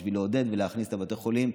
בשביל לעודד ולהכניס לבתי החולים,